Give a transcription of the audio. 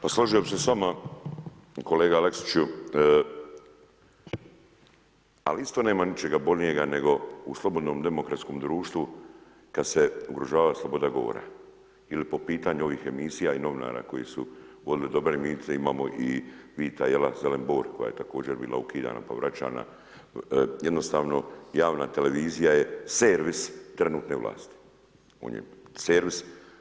Pa složio bih se s vama kolega Aleksiću, ali isto nema ničega bolnijega nego u slobodnom demokratskom društvu kada se ugrožava sloboda govora ili po pitanju ovih emisija i novinara koji su vodili dobre emisije, imamo i „Vita jela, zelen bor“ koja je također bila ukidana pa vraćana, jednostavno javna televizija je servis trenutne vlasti, on je servis.